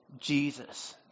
Jesus